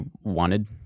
wanted